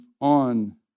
on